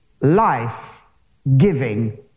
life-giving